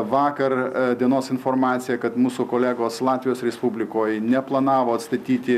vakar dienos informacija kad mūsų kolegos latvijos respublikoj neplanavo atstatyti